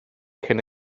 cyn